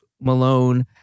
Malone